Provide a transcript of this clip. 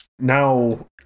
Now